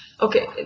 Okay